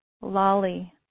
Lolly